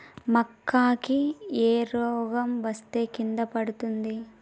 మక్కా కి ఏ రోగం వస్తే కింద పడుతుంది?